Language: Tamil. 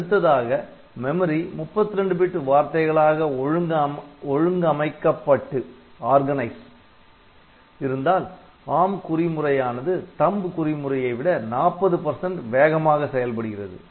அடுத்ததாக மெமரி 32 பிட் வார்த்தைகளாக ஒழுங்கமைக்கப்பட்டு இருந்தால் ARM குறிமுறையானது THUMB குறிமுறையைவிட 40 வேகமாக செயல்படுகிறது